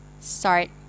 start